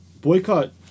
Boycott